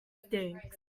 stinks